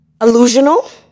illusional